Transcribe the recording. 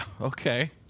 okay